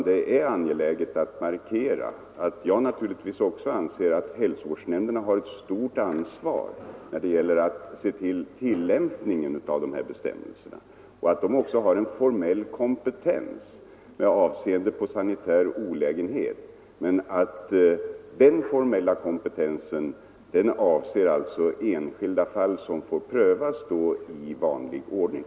Det är angeläget att markera att jag naturligtvis också anser att hälsovårdsnämnderna har ett stort ansvar när det gäller tillsyn och kontroll av tillämpningen av dessa bestämmelser och att de har en formell kompetens med avseende på bedömningar om sanitär olägenhet. Den formella kompetensen avser således enskilda fall som får prövas i vanlig ordning.